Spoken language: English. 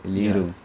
ya